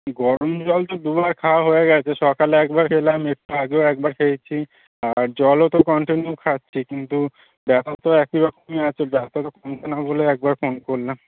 গরম জল তো দুবার খাওয়া হয়ে গেছে সকালে একবার খেলাম একটু আগেও একবার খেয়েছি আর জলও তো কন্টিনিউ খাচ্ছি কিন্তু ব্যাথা তো একই রকমই আছে ব্যথা তো কমছে না বলে একবার ফোন করলাম